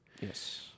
Yes